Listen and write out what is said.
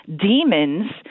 demons